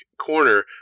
corner